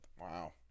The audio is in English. Wow